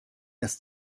das